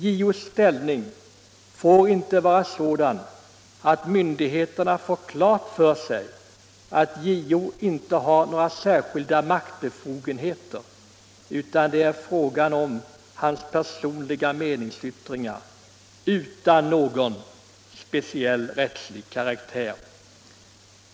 JO:s ställning skall inte vara sådan att myndigheterna får intrycket att JO inte har några särskilda maktbefogenheter, utan att det är fråga om personliga meningsyttringar från JO:s sida, som inte har någon speciell rättslig karaktär.